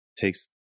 takes